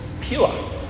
pure